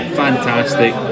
fantastic